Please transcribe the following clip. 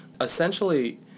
Essentially